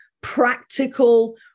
practical